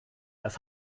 das